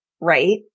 Right